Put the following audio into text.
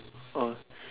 or